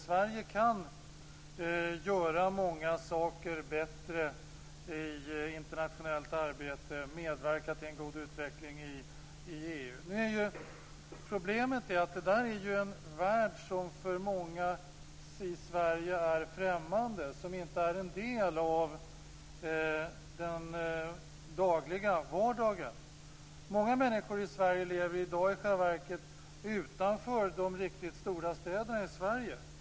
Sverige kan göra många saker bättre i internationellt arbete, medverka till en god utveckling i EU. Problemet är att det där är en värld som är främmande för många i Sverige, som inte är en del av den dagliga vardagen. Många människor i Sverige lever i själva verket utanför de riktigt stora städerna i Sverige.